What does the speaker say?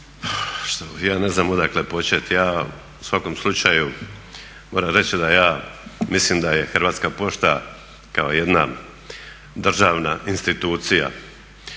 Ja ne znam odakle početi. Ja u svakom slučaju moram reći da ja mislim da je Hrvatska pošta kao jedna državna institucija